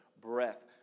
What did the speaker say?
breath